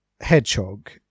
hedgehog